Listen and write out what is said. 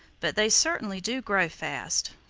but they certainly do grow fast.